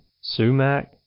sumac